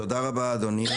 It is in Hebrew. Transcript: תודה רבה אדוני,